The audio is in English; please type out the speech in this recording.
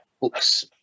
books